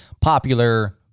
popular